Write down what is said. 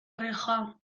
reja